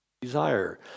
desire